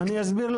חיבור לחשמל,